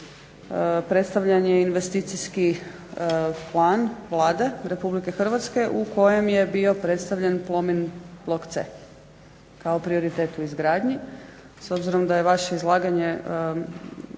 predstavljen je investicijski plan Vlade RH u kojem je bio predstavljen Plomin blok C kao prioritet u izgradnji. S obzirom da je vaše izlaganje